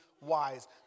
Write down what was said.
wise